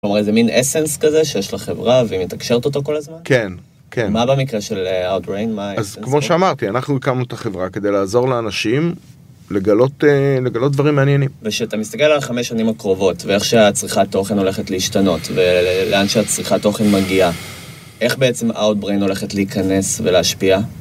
זאת אומרת, זה מין 'אסנס' כזה שיש לחברה, והיא מתקשרת אותו כל הזמן? -כן, כן. -מה במקרה של Outbrain? -אז כמו שאמרתי, אנחנו הקמנו את החברה כדי לעזור לאנשים לגלות, לגלות דברים מעניינים. -וכשאתה מסתכל על חמש שנים הקרובות, ואיך שהצריכת תוכן הולכת להשתנות, ולאן שהצריכת תוכן מגיעה, איך בעצם Outbrain הולכת להיכנס ולהשפיע?